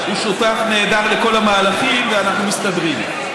הוא שותף נהדר לכל המהלכים, ואנחנו מסתדרים.